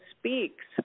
speaks